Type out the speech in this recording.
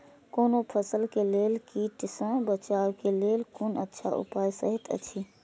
कोनो फसल के लेल कीट सँ बचाव के लेल कोन अच्छा उपाय सहि अछि?